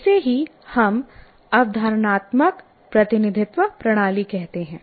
इसे ही हम अवधारणात्मक प्रतिनिधित्व प्रणाली कहते हैं